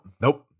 nope